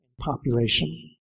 population